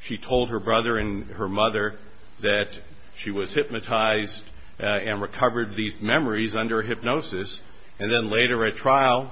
she told her brother and her mother that she was hypnotized and recovered these memories under hypnosis and then later at trial